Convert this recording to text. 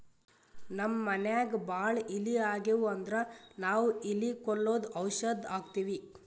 ನಮ್ಮ್ ಮನ್ಯಾಗ್ ಭಾಳ್ ಇಲಿ ಆಗಿವು ಅಂದ್ರ ನಾವ್ ಇಲಿ ಕೊಲ್ಲದು ಔಷಧ್ ಹಾಕ್ತಿವಿ